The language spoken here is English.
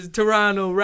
Toronto